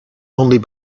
only